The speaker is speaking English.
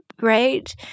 right